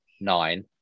nine